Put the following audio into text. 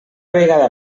vegada